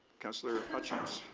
councillor hutchins?